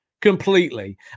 Completely